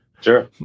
Sure